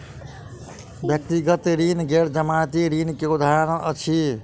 व्यक्तिगत ऋण गैर जमानती ऋण के उदाहरण अछि